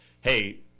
hey